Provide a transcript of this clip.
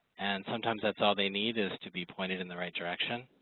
and sometimes that's all they need is to be pointed in the right direction.